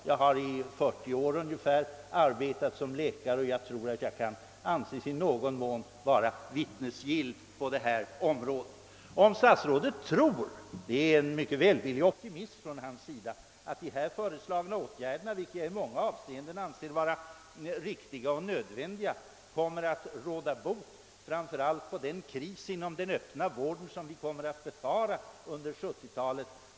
Jag har i ungefär 40 år arbetat som läkare och jag tror jag kan anses vara i någon mån vittnesgill på det området. Statsrådet är mycket välvilligt optimistisk om han tror att de här föreslagna åtgärderna, vilka jag anser vara i många avseenden riktiga och nödvändiga, kommer att råda bot framför allt på den kris inom den öppna vården som vi kan befara under 1970-talet.